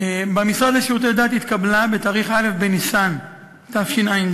במשרד לשירותי דת התקבלה בתאריך א' בניסן תשע"ד,